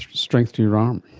strength to your arm.